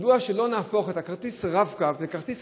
מדוע שלא נהפוך את כרטיס הרב-קו לכרטיס